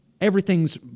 everything's